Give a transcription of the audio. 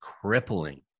crippling